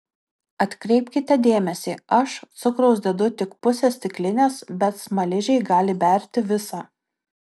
atkreipkite dėmesį aš cukraus dedu tik pusę stiklinės bet smaližiai gali berti visą